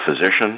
physician